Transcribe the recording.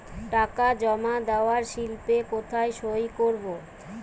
টাকা জমা দেওয়ার স্লিপে কোথায় সই করব?